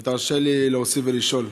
ותרשה לי להוסיף ולשאול: